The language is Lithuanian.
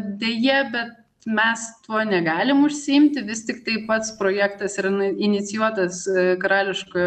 deja bet mes tuo negalim užsiimti vis tiktai pats projektas yra inicijuotas karališkojo